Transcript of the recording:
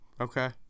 Okay